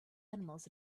animals